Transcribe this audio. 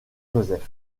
joseph